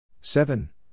Seven